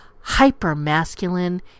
hyper-masculine